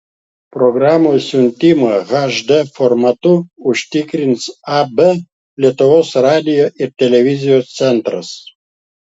programos siuntimą hd formatu užtikrins ab lietuvos radijo ir televizijos centras